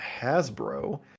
Hasbro